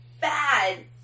bad